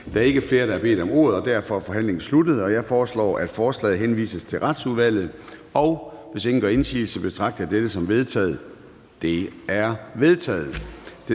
Der er ikke flere, der har bedt om ordet, og derfor er forhandlingen sluttet. Jeg foreslår, at forslaget til folketingsbeslutning henvises til Retsudvalget. Hvis ingen gør indsigelse, betragter jeg dette som vedtaget. Det er vedtaget.